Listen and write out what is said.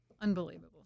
Unbelievable